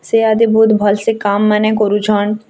ସିଏ ଆଦି ବହୁତ୍ ଭଲ୍ ସେ କାମ୍ମାନେ କରୁଛନ୍